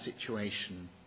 situation